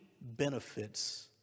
benefits